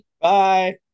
bye